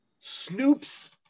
Snoop's